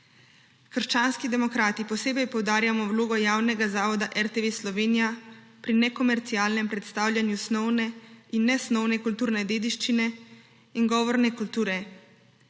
Krščanski demokrati posebej poudarjamo vlogo javnega zavoda RTV Slovenija pri nekomercialnem predstavljanju snovne in nesnovne kulturne dediščine in govorne kulture.